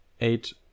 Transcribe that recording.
eight